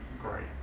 great